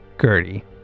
Gertie